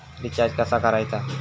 Recharge कसा करायचा?